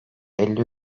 elli